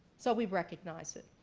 so we recognize it.